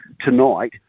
tonight